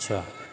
چھ